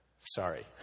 Sorry